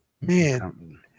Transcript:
Man